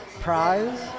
prize